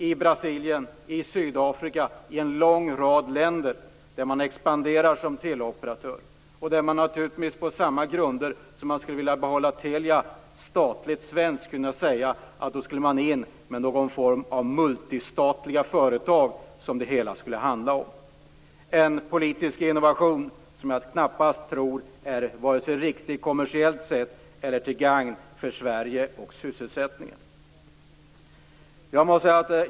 I Brasilien, i Sydafrika och i en lång rad länder expanderar man som teleoperatör. Då skulle vi, på samma grunder som man vill behålla Telia statligt i Sverige, kunna tala om någon form av multistatliga företag - en politisk innovation som jag knappast tror är riktig vare sig kommersiellt eller till gagn för Sverige och sysselsättningen.